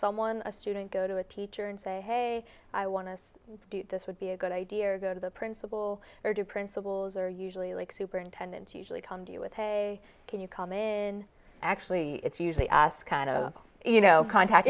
someone a student go to a teacher and say hey i want to do this would be a good idea go to the principal or do principals are usually like superintendents usually come to you with hey can you come in actually it's usually us kind of you know contact